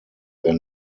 their